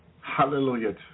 Hallelujah